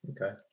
okay